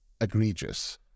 egregious